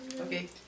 Okay